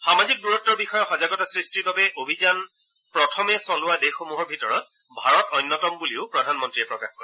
সামাজিক দূৰতৰ বিষয়ে সজাগতা সৃষ্টিৰ বাবে অভিযান প্ৰথমে চলোৱা দেশসমূহৰ ভিতৰত ভাৰত অন্যতম বুলিও প্ৰধানমন্ত্ৰীয়ে প্ৰকাশ কৰে